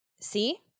See